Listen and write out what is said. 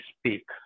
speak